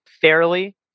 fairly